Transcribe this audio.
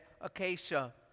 Acacia